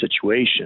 situation